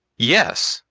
yes,